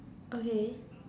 okay